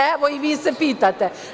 Evo, i vi se pitate.